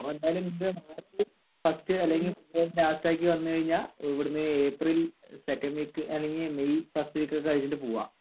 അപ്പോൾ എന്തായാലും നിങ്ങള് മാർച്ച് ഫസ്റ്റ് അല്ലെങ്കിൽ ഫെബ്രുവരി ലാസ്റ്റാക്കി വന്ന് കഴിഞ്ഞാൽ ഇവിടുന്ന് ഏപ്രിൽ സെക്കൻഡ് വീക്ക് അല്ലെങ്കിൽ മെയ് ഫസ്റ്റ് വീക്കൊക്കെ കഴിഞ്ഞിട്ട് പൂവാം